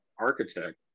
architect